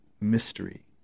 mystery